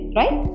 right